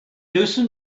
loosened